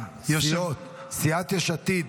בסיעות, סיעת יש עתיד.